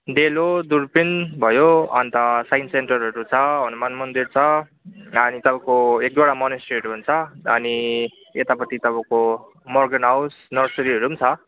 डेलो दुर्पिन भयो अन्त साइन्स सेन्टरहरू छ हनुमान मन्दिर छ अनि तपाईँको एक दुइवडा मोनस्ट्रीहरू हुन्छ अनि यतापटि तपाईँको मोर्गन हाउस नर्सरीहरू पनि छ